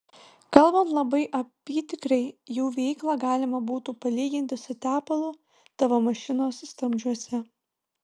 kalbant labai apytikriai jų veiklą galima būtų palyginti su tepalu tavo mašinos stabdžiuose